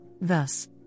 Thus